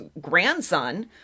grandson